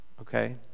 Okay